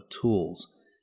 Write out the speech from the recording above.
tools